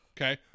Okay